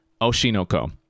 Oshinoko